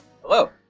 Hello